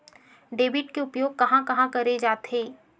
Debit के उपयोग कहां कहा करे जाथे?